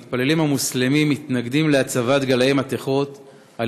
המתפללים המוסלמים מתנגדים להצבת גלאי מתכות על